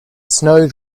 snowed